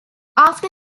after